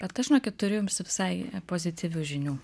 bet aš žinokit turiu jums visai pozityvių žinių